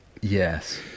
Yes